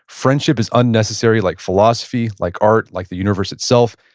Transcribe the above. friendship is unnecessary like philosophy, like art, like the universe itself.